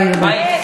תודה רבה, יהודה.